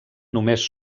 només